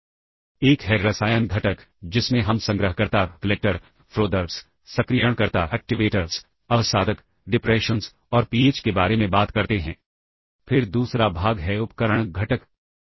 pop instruction का इस्तेमाल करके हम रजिस्टर जोड़े के वैल्यू को स्टैक से निकालते हैं पॉप रजिस्टर के जोड़ों के साथ काम करता है ना कि किसी एक रजिस्टर के साथ